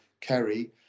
Kerry